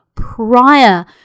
prior